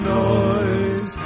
noise